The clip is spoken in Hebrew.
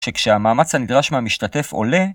שכשהמאמץ הנדרש מהמשתתף עולה